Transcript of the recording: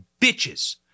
bitches